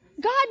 God